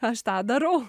aš tą darau